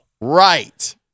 Right